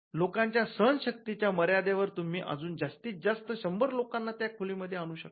लोकांच्या सहन शक्तीच्या मर्यादेवर तुम्ही अजून जास्तीत जास्त शंभर लोकांना त्या खोली मध्ये आणू शकता